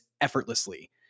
effortlessly